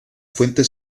fuente